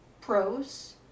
Pros